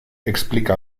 explica